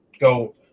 go